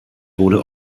wurde